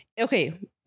okay